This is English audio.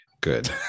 good